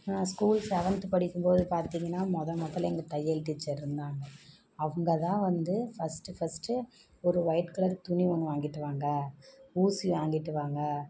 நான் school seventh படிக்கும் போது பார்த்தீங்கன்னா மொதல் மொதல் எங்கள் தையல் டீச்சர் இருந்தாங்க அவங்கதான் வந்து ஃபஸ்ட்டு ஃபஸ்ட்டு ஒரு ஒயிட் கலர் துணி ஒன்று வாங்கிட்டு வாங்க ஊசி வாங்கிட்டு வாங்க